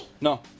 No